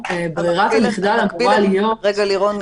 לירון,